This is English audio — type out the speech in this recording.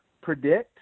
predict